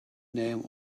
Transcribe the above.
name